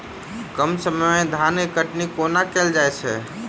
कम समय मे धान केँ कटनी कोना कैल जाय छै?